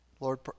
Lord